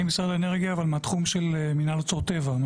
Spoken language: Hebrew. אני משרד האנרגיה אבל מהתחום של מינהל אוצרות טבע,